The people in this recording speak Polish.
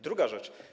Druga rzecz.